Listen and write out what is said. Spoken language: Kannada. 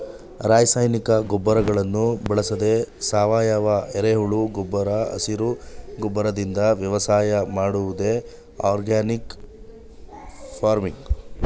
ರಾಸಾಯನಿಕ ಗೊಬ್ಬರಗಳನ್ನು ಬಳಸದೆ ಸಾವಯವ, ಎರೆಹುಳು ಗೊಬ್ಬರ ಹಸಿರು ಗೊಬ್ಬರದಿಂದ ವ್ಯವಸಾಯ ಮಾಡುವುದೇ ಆರ್ಗ್ಯಾನಿಕ್ ಫಾರ್ಮಿಂಗ್